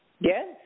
Yes